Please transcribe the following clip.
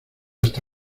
hasta